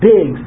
Big